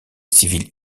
civils